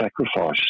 sacrifice